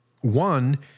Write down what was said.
One